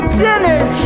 sinners